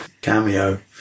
Cameo